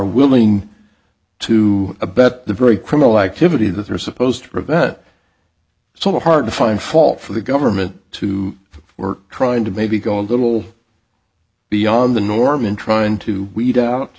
willing to abet the very criminal activity that they're supposed to prevent so hard to find fault for the government to work trying to maybe go a little beyond the norm and trying to weed out